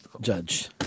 judge